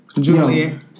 Julia